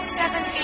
seven